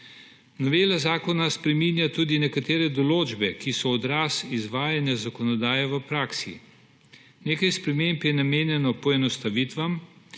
Novela zakona spreminja tudi nekatere določbe, ki so odraz izvajanja zakonodaje v praksi. Nekaj sprememb je namenjenih poenostavitvam,